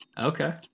Okay